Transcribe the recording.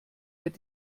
wird